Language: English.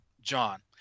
John